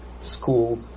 school